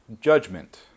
judgment